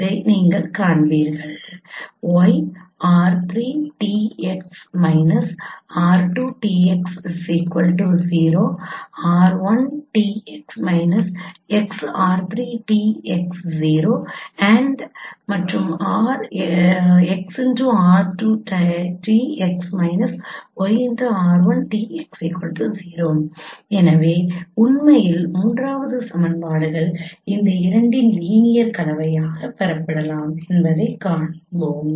எனவே நீங்கள் அதைக் காண்பீர்கள் எனவே உண்மையில் மூன்றாவது சமன்பாடுகள் இந்த இரண்டின் லீனியர் கலவையாக பெறப்படலாம் என்பதைக் காண்போம்